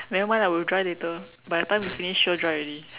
nevermind lah it will dry later by the time we finish sure dry already